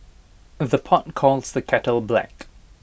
the pot calls the kettle black